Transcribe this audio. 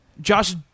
Josh